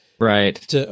Right